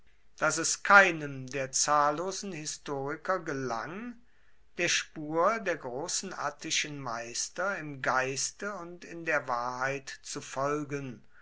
daß es keinem der zahllosen historiker gelang der spur der großen attischen meister im geiste und in der wahrheit zu folgen